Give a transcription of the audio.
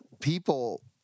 people